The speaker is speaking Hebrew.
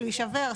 להישבר,